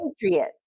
patriot